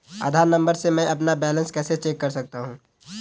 आधार number से मैं अपना बैलेंस कैसे देख सकता हूँ?